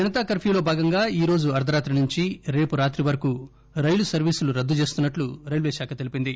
Janata curfew లో భాగంగా ఈ రోజు అర్దరాత్రి నుంచి రేపు రాత్రి వరకు రైలు సర్వీసులు రద్దు చేస్తున్నట్లు రైల్వే శాఖ తెలిపింది